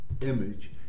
image